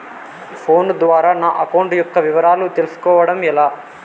Phone ద్వారా నా account యొక్క వివరాలు తెలుస్కోవడం ఎలా?